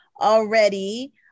already